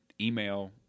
Email